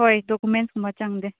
ꯍꯣꯏ ꯗꯣꯀꯨꯃꯦꯟꯁ ꯀꯨꯝꯕ ꯆꯪꯗꯦ